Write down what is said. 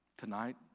Tonight